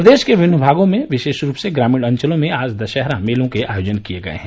प्रदेश के विभिन्न भागों में विशेष रूप से ग्रामीण अंचलों में आज दशहरा मेलों के आयोजन किए गये हैं